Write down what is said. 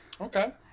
Okay